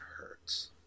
hurts